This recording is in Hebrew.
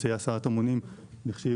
אמצעי הסעת המונים כשייבנו.